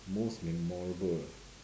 most memorable ah